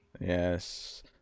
Yes